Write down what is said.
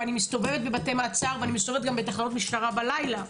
אני מסתובבת בבתי מעצר ואני מסתובבת גם בתחנות משטרה בלילה.